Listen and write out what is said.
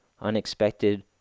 unexpected